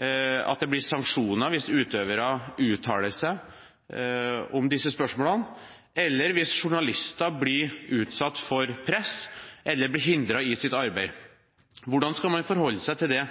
at det blir sanksjoner hvis utøvere uttaler seg om disse spørsmålene, eller hvis journalister blir utsatt for press eller blir hindret i sitt arbeid? Hvordan skal man forholde seg til det